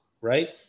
right